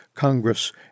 Congress